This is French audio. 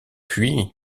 puis